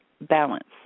balance